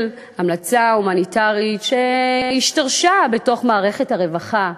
המלצה הומניטרית שהשתרשה בתוך מערכת הרווחה,